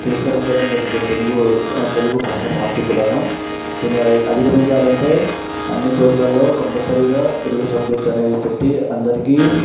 తిరస్కరించడం జరుగుతుంది తెలుగు తెలుగు భాషా సంస్కృతులను దీన్ని అదిగ అదగమించాలంటే అన్ని చోట్లలో కంపల్సరిగా తెలుగు సబ్జెక్ట్ అనేది పెట్టి అందరికీ